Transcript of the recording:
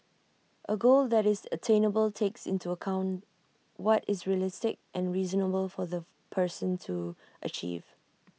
A goal that is attainable takes into account what is realistic and reasonable for the person to achieve